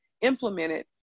implemented